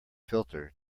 filter